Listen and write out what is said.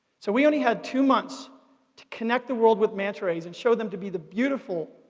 so we only had two months to connect the world with manta rays and show them to be the beautiful,